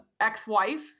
ex-wife